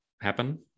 happen